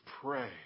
pray